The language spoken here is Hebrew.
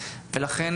ולכן,